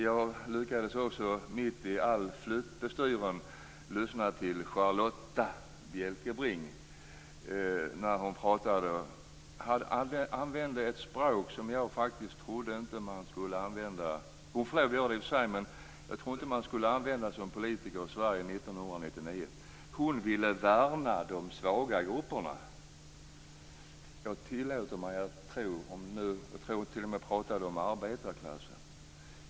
Jag lyckades också, mitt i alla flyttbestyr, lyssna till Charlotta Bjälkebring. Hon använde ett språk som jag faktiskt trodde att man inte skulle använda. Hon får i och för sig lov att göra det, men jag trodde inte att man som politiker i Sverige 1999 skulle använda ett sådant språk. Hon ville värna de svaga grupperna. Jag tror att hon t.o.m. pratade om arbetarklassen.